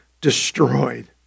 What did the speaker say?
destroyed